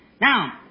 Now